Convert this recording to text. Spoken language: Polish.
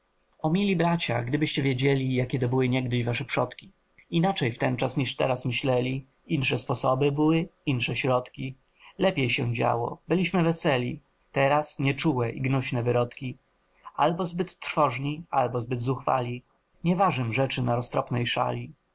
o mili bracia gdybyście wiedzieli jakie to były niegdyś wasze przodki inaczej wtenczas niż teraz myśleli insze sposoby były insze środki lepiej się działo byliśmy weseli teraz nieczułe i gnuśne wyrodki albo zbyt trwożni albo zbyt zuchwali nie ważym rzeczy na roztropnej szali